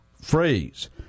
phrase